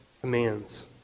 commands